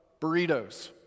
burritos